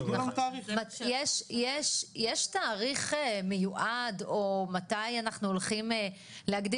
שיביאו תאריך --- יש תאריך מיועד או מתי אנחנו הולכים להגדיל